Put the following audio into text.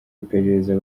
iperereza